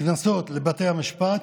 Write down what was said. קנסות לבתי המשפט,